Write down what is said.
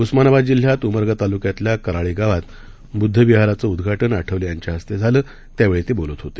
उस्मानाबादजिल्ह्यातउमरगातालुक्यातल्याकराळीगावातबुद्धविहाराचंउदघाटनआठवलेयांच्याहस्तेझालं त्यावेळीतेबोलतहोते